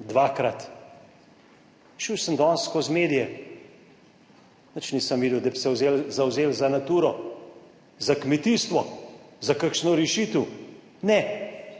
dvakrat. Šel sem danes skozi medije, nič nisem videl, da bi se vzeli, zavzeli za Naturo, za kmetijstvo, za kakšno rešitev, ne,